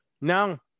no